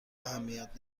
اهمیت